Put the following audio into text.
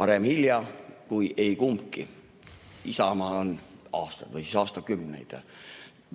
Parem hilja kui ei kumbki. Isamaa on aastaid või aastakümneid